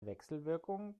wechselwirkung